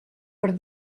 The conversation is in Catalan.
per